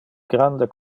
grande